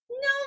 no